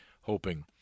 hoping